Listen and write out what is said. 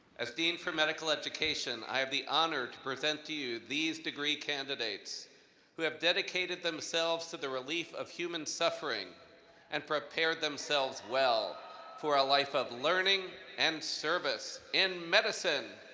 as dean for medical education, i have the honor to present to you these degree candidates who have dedicated themselves to the relief of human suffering and prepared themselves well for a life of learning and service in medicine.